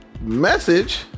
message